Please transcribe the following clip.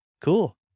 Cool